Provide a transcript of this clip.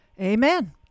Amen